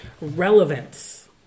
relevance